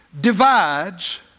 divides